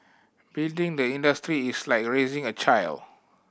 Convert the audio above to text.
building the industry is like raising a child